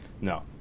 No